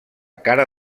cara